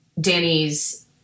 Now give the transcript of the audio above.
Danny's